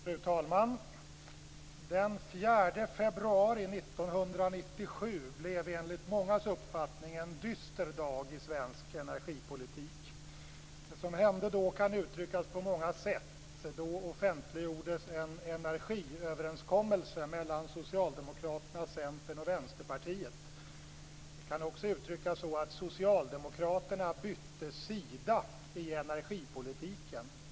Fru talman! Den 4 februari 1997 blev enligt mångas uppfattning en dyster dag i svensk energipolitik. Det som hände då kan uttryckas på många sätt. Då offentliggjordes en energiöverenskommelse mellan Socialdemokraterna, Centern och Vänsterpartiet. Det kan också uttryckas så att Socialdemokraterna bytte sida i energipolitiken.